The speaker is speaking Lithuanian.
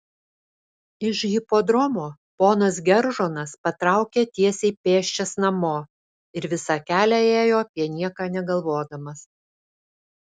iš hipodromo ponas geržonas patraukė tiesiai pėsčias namo ir visą kelią ėjo apie nieką negalvodamas